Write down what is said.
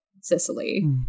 Sicily